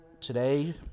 Today